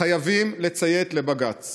חייבים לציית לבג"ץ